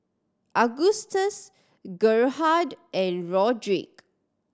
Augustus Gerhardt and Rodrick